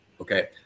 okay